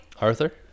arthur